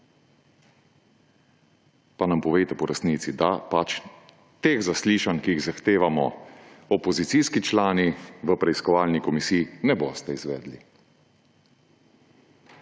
pa nam povejte po resnici, da teh zaslišanj, ki jih zahtevamo opozicijski člani, v preiskovalni komisiji ne boste izvedli.